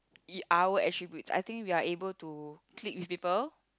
E~ our attributes I think we are able to click with people